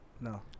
no